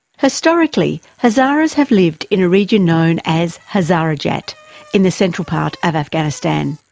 historically, hazaras have lived in a region known as hazarajat in the central part of afghanistan.